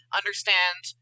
understand